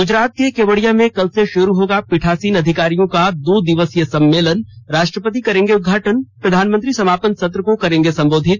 गूजरात के केवड़िया में कल से शुरू होगा पीठासीन अधिकारियों का दो दिवसीय सम्मेलन राष्ट्रपति करेंगे उद्घाटन प्रधानमंत्री समापन सत्र को करेंगे सम्बोधित